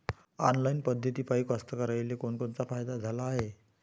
Online पद्धतीपायी कास्तकाराइले कोनकोनचा फायदा झाला हाये?